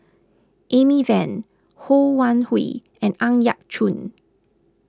Amy Van Ho Wan Hui and Ang Yau Choon